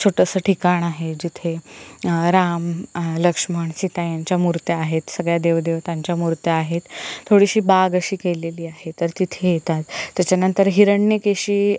छोटंसं ठिकाण आहे जिथे राम लक्ष्मण सीता यांच्या मूर्त्या आहेत सगळ्या देव देवतांच्या मूर्त्या आहेत थोडीशी बाग अशी केलेली आहे तर तिथे येतात त्याच्यानंतर हिरण्यकेशी